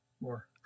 more